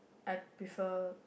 I prefer